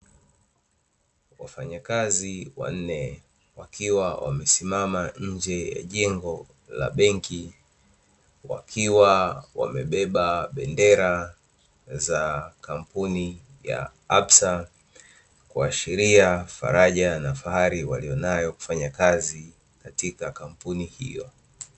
Wafanyakazi wanne wakiwa wamesimama nje ya jengo la benki, wakiwa wamebeba bendera za kampuni ya "absa", kuashiria faraja na fahari walionayo kufanya kazi katika kampuni hiyo.